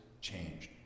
changed